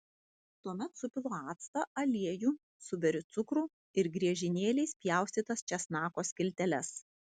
tuomet supilu actą aliejų suberiu cukrų ir griežinėliais pjaustytas česnako skilteles